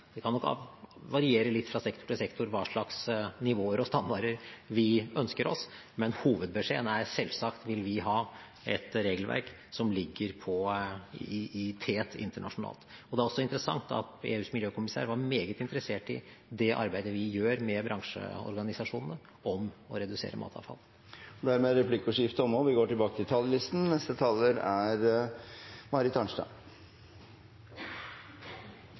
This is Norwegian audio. det kan nok variere litt fra sektor til sektor hva slags nivåer og standarder vi ønsker oss, men hovedbeskjeden er at selvsagt vil vi ha et regelverk som ligger i tet internasjonalt. Det er også interessant at EUs miljøkommisær var meget interessert i det arbeidet vi gjør med bransjeorganisasjonene når det gjelder å redusere matavfall. Replikkordskiftet er omme. De talere som heretter får ordet, har en taletid på inntil 3 minutter Det er